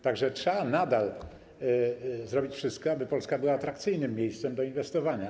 Tak że trzeba nadal robić wszystko, aby Polska była atrakcyjnym miejscem do inwestowania.